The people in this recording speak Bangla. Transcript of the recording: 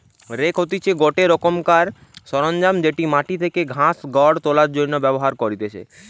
রেক হতিছে গটে রোকমকার সরঞ্জাম যেটি মাটি থেকে ঘাস, খড় তোলার জন্য ব্যবহার করতিছে